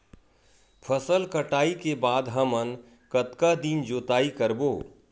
फसल कटाई के बाद हमन कतका दिन जोताई करबो?